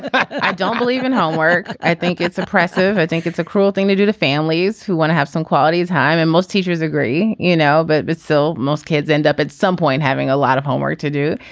i don't believe in homework. i think it's oppressive. i think it's a cruel thing to do to families who want to have some quality time and most teachers agree you know. but it's still most kids end up at some point having a lot of homework to do.